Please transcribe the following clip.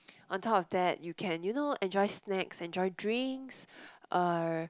on top of that you can you know enjoy snacks enjoy drinks err